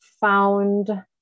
found